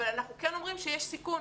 אבל אנחנו כן אומרים שיש סיכון.